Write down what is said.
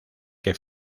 que